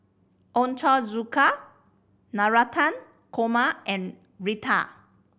Ochazuke Navratan Korma and Raita